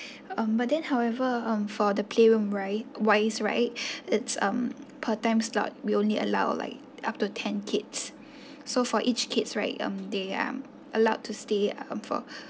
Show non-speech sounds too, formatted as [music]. um but then however um for the playroom right wise right [breath] it's um per time slot we only allow like up to ten kids [breath] so for each kids right um they are allowed to stay uh for